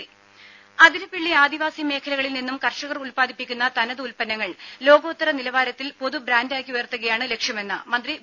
രംഭ അതിരപ്പിള്ളി ആദിവാസി മേഖലകളിൽ നിന്നും കർഷർ ഉൽപാദിപ്പിക്കുന്ന തനത് ഉൽപന്നങ്ങൾ ലോകോത്തര നിലവാരത്തിൽ പൊതു ബ്രാന്റാക്കി ഉയർത്തുകയാണ് ലക്ഷ്യമെന്ന് മന്ത്രി വി